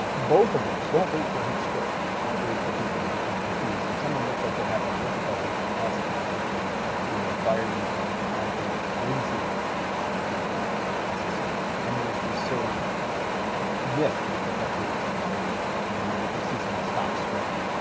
um both of those, don't wait for heatstroke, don't wait for people to become confused, if someone looks like they're having difficulty, that's the time to get them and to a cooler environment and get them hydrated or even seek medical attention if necessary. and there's this sort of myth that perpetuates out there that you know you'll you'll see someone stop sweating.